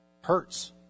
hurts